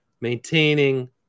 maintaining